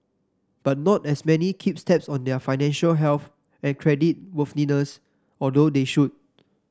but not as many keep tabs on their financial health and creditworthiness although they should